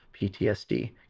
PTSD